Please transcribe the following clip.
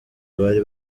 bari